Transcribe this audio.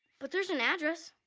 but there's an address.